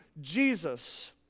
Jesus